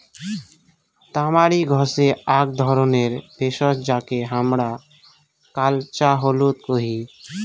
তামারিক হসে আক ধরণের ভেষজ যাকে হামরা কাঁচা হলুদ কোহি